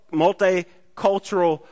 multicultural